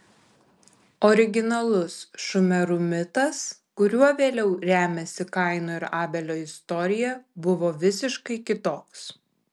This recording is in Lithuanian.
originalus šumerų mitas kuriuo vėliau remiasi kaino ir abelio istorija buvo visiškai kitoks